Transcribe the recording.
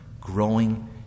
growing